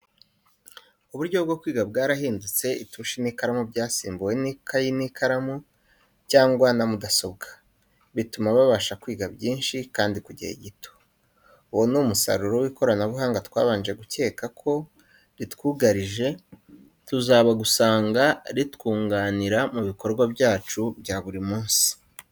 Uburyo bwo kwiga byarahindutse, itushi n'ikaramu byasimbuwe n'ikayi n'ikaramu cyangwa na mudasobwa, bituma babasha kwiga byinshi, kandi mu gihe gito. Uwo ni umusaruro w'ikoranabuhanga, twabanje gukeka ko ritwuarije, tuzaba gusanga ritwunganira mu bikorwa byacu bya buri munsi.